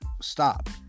stop